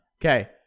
okay